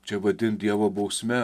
čia vadint dievo bausme